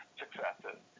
successes